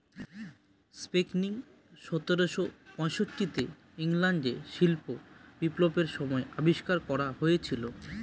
spinning সতেরোশো পয়ষট্টি তে ইংল্যান্ডে শিল্প বিপ্লবের সময় আবিষ্কার করা হয়েছিল